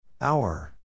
Hour